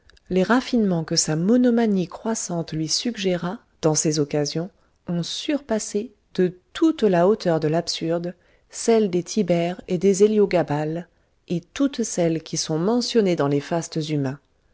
les raffinements que sa monomanie croissante lui suggéra dans ces occasions ont surpassé de toute la hauteur de l'absurde celles des tibère et des héliogabale et toutes celles qui sont mentionnées dans les fastes humains